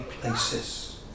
places